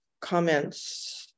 comments